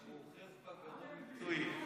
הוא אוחז בגרון מקצועי,